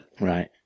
Right